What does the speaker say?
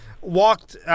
walked